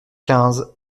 quinze